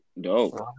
Dope